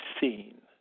seen